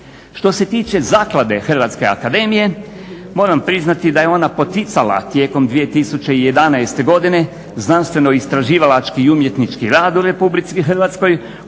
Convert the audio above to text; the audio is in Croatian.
Što se tiče Zaklade hrvatske akademije moram priznati da je ona poticala tijekom 2011. godine znanstveno istraživalački i umjetnički rad u RH u skladu sa svojim